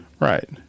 Right